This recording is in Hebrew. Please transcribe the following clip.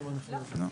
לא.